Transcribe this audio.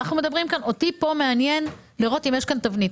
אותי מעניין לראות אם יש כאן תבנית.